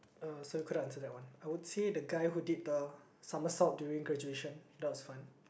uh so you couldn't answer that one I would say the guy who did the somersault during graduation that was fun